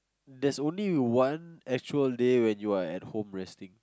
there's only one actual day when you are at home resting